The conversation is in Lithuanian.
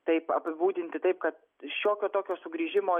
taip apibūdinti taip kad šiokio tokio sugrįžimo